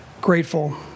grateful